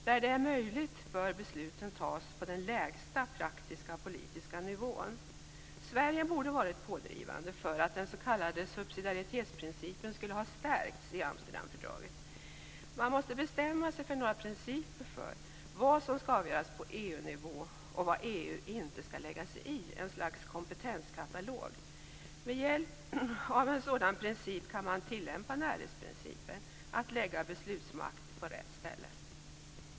Där det är möjligt bör besluten fattas av den lägsta praktiska politiska nivån. Sverige borde ha varit pådrivande för att den s.k. subsidiaritetsprincipen skulle ha stärkts i Amsterdamfördraget. Man måste bestämma sig för några principer för vad som skall avgöras på EU-nivå och vad EU inte skall lägga sig i, ett slags kompetenskatalog. Med hjälp av en sådan princip kan man tillämpa närhetsprincipen, dvs. att lägga beslutsmakt på rätt ställe.